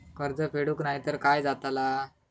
कर्ज फेडूक नाय तर काय जाताला?